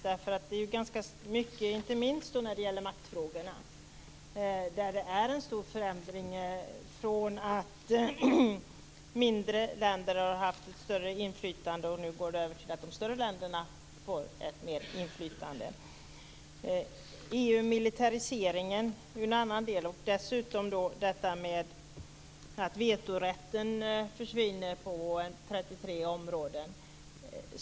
Det är ju ganska mycket förändringar, inte minst när det gäller maktfrågorna där det sker en stor förändring från att de mindre länderna har haft större inflytande till att de större länderna nu får ett större inflytande. EU-militariseringen är en annan del. Dessutom försvinner vetorätten på 33 områden.